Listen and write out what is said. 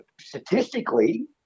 statistically